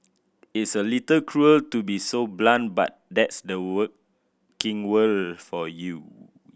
it's a little cruel to be so blunt but that's the working world for you